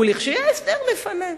ולכשיהיה הסדר, נפנה.